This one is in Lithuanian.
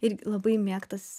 ir labai mėgtas